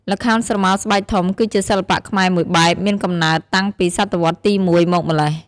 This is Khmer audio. ល្ខោនស្រមោលស្បែកធំ គឺជាសិល្បៈខ្មែរមួយបែបមានកំណើតតាំងពីស.វទី ១ មកម្ល៉េះ ។